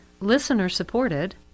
listener-supported